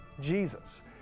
Jesus